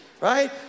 right